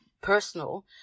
personal